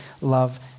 love